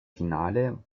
finale